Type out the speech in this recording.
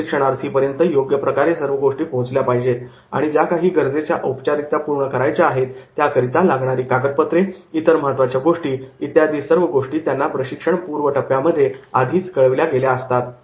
प्रशिक्षणार्थीपर्यंत योग्य प्रकारे सर्व गोष्टी पोहोचल्या पाहिजेत आणि ज्या काही गरजेच्या औपचारिकता पूर्ण करायच्या आहेत त्याकरिता लागणारी कागदपत्रे इतर महत्त्वाच्या गोष्टी इत्यादी सर्व गोष्टी त्यांना प्रशिक्षण पूर्व टप्प्यामध्ये आधीच कळविल्या गेल्या असतात